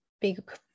big